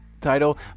title